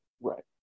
Right